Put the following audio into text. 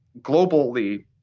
globally